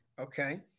Okay